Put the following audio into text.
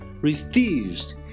refused